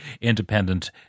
independent